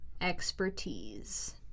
expertise